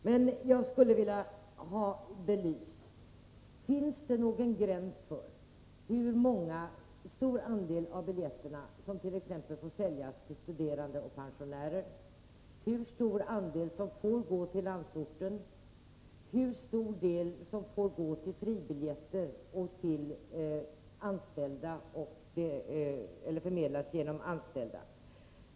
Men jag skulle vilja ha följande fråga belyst: Finns det någon gräns för hur stor andel av biljetterna som får säljas till t.ex. studerande och pensionärer, hur stor andel som får gå till landsorten, hur stor andel som får gå till fribiljetter eller förmedlas genom anställda?